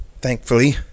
thankfully